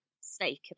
Snake